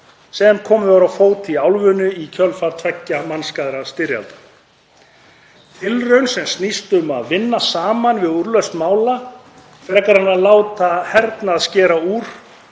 sem komið var á fót í álfunni í kjölfar tveggja mannskæðra styrjalda, tilraun sem snýst um að vinna saman við úrlausn mála frekar en að láta hernað að skera úr,